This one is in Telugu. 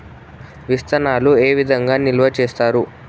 విత్తనాలు ఏ విధంగా నిల్వ చేస్తారు?